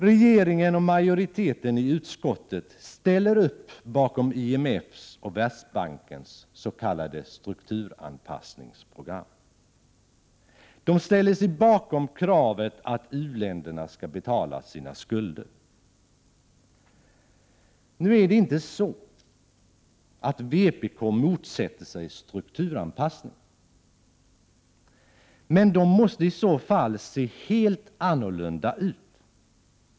Regeringen och majoriteten i utskottet ställer upp bakom IMF:s och Världsbankens s.k. strukturanpassningsprogram. De ställer sig bakom kravet att u-länderna skall betala sina skulder. Nu är det inte så att vpk motsätter sig strukturanpassningar, men vi anser | att de måste se helt annorlunda ut.